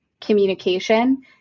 communication